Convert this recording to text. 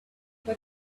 but